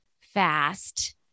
fast